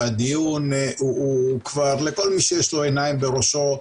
שהדיון הוא כבר לכל מי שיש לו עיניים בראשו,